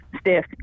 stiff